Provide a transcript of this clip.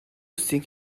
think